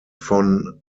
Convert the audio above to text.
von